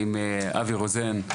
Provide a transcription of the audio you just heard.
אבי רוזן,